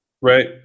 right